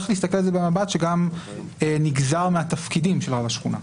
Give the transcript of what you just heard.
במבט שגם נגזר מהתפקידים של רב השכונה.